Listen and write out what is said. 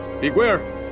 Beware